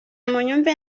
munyumve